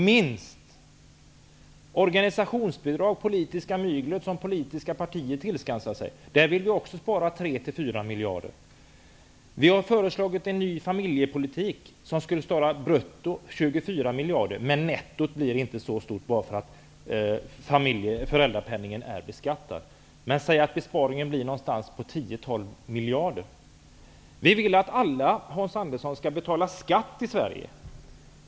När det gäller organisationsbidrag -- politiskt mygel -- som politiska partier tillskansar sig vill vi spara 3--4 miljarder. Vidare har vi lagt fram förslag till en ny familjepolitik. Brutto skulle 24 miljarder sparas. Nettot blir inte så stort därför att föräldrapenningen är beskattad. Men säg att det blir en besparing i storleksordningen 10--12 Vi vill att alla, Hans Andersson, skall betala skatt i Sverige.